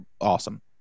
awesome